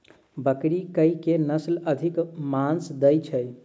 बकरी केँ के नस्ल अधिक मांस दैय छैय?